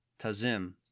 Tazim